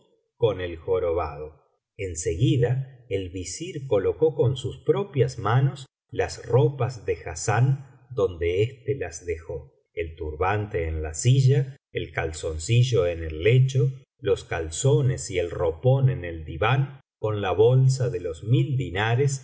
con el jorobado en seguida el visir colocó con sus propias manos las ropas de hassán donde éste las dejó el turbante en la silla el calzoncillo en el lecho los calzones y el ropón en el diván con la bolsa de los mil dinares